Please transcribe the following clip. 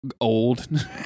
old